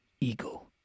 eagle